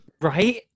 right